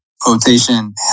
Quotation